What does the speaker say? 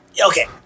Okay